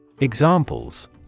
Examples